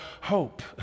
hope